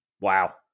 Wow